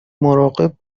مراقبش